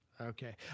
Okay